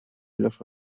los